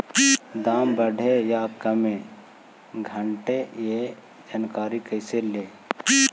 दाम बढ़े या दाम घटे ए जानकारी कैसे ले?